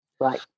Right